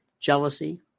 jealousy